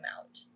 out